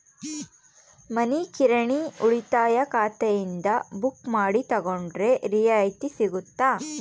ಮನಿ ಕಿರಾಣಿ ಉಳಿತಾಯ ಖಾತೆಯಿಂದ ಬುಕ್ಕು ಮಾಡಿ ತಗೊಂಡರೆ ರಿಯಾಯಿತಿ ಸಿಗುತ್ತಾ?